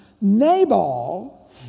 Nabal